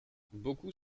beaucoup